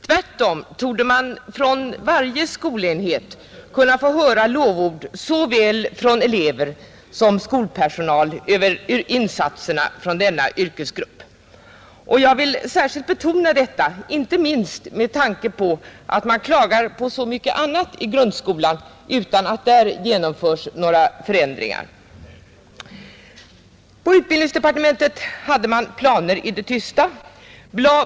Tvärtom torde man från varje skolenhet kunna få höra lovord från såväl elever som skolpersonal över insatserna från denna yrkesgrupp. Jag vill särskilt betona detta inte minst med tanke på att man klagar på så mycket annat i grundskolan utan att där genomförs några förändringar. På utbildningsdepartementet hade man planer i det tysta.